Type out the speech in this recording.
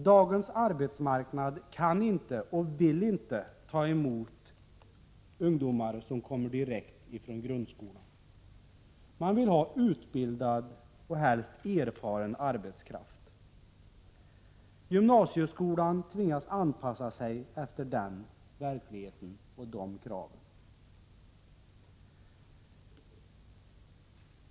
Dagens arbetsmarknad kan inte och vill inte ta emot ungdomar som kommer direkt från grundskolan. Man vill ha utbildad och helst erfaren arbetskraft. Gymnasieskolan tvingas anpassa sig efter den verkligheten och de kraven.